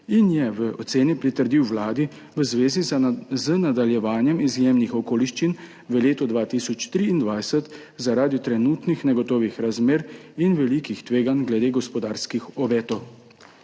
in je v oceni pritrdil Vladi v zvezi z nadaljevanjem izjemnih okoliščin v letu 2023 zaradi trenutnih negotovih razmer in velikih tveganj glede gospodarskih obetov.